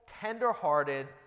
tender-hearted